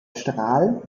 strahl